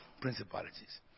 principalities